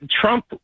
trump